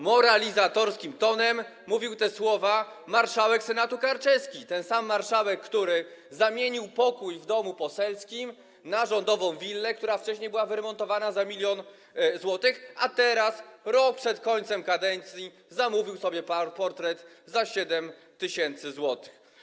Moralizatorskim tonem mówił te słowa marszałek Senatu Karczewski - ten sam marszałek, który zamienił pokój w domu poselskim na rządową willę, którą wcześniej wyremontowano za 1 mln zł, a teraz, rok przed końcem kadencji, zamówił sobie portret za 7 tys. zł.